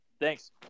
Thanks